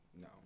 No